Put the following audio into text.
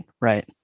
Right